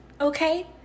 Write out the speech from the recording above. okay